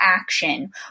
action